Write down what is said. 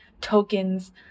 tokens